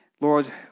Lord